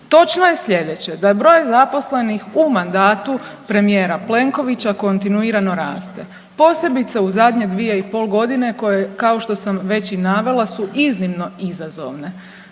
Točno je slijedeće, da je broj zaposlenih u mandatu premijera Plenkovića kontinuirano raste. Posebice u zadnje 2,5 godine koje kao što sam već i navela su iznimno izazovne.